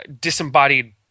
disembodied